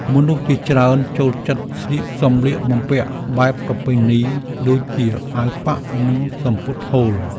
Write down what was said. មនុស្សជាច្រើនចូលចិត្តស្លៀកសម្លៀកបំពាក់បែបប្រពៃណី ដូចជាអាវប៉ាក់ និងសំពត់ហូល។